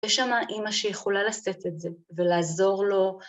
יש שם אימא שיכולה לשאת את זה ולעזור לו.